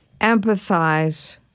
empathize